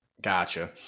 Gotcha